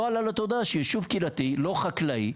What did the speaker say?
לא עלה לתודעה שישוב קהילתי לא חקלאי,